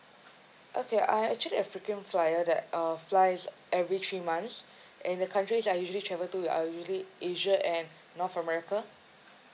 okay I actually a frequent flyer that err flies every three months and the countries I usually travel to are usually asia and north america